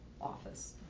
office